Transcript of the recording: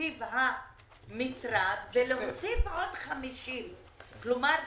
מתקציב המשרד ולהוסיף עוד 50. כלומר,